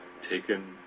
taken